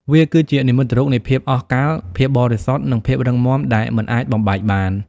វាគឺជានិមិត្តរូបនៃភាពអស់កល្ប ភាពបរិសុទ្ធ និងភាពរឹងមាំដែលមិនអាចបំបែកបាន។